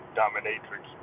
dominatrix